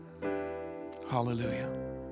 Hallelujah